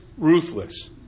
Ruthless